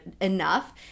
enough